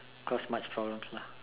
cause much problems